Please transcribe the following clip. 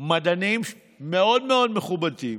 מדענים מאוד מאוד מכובדים